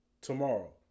tomorrow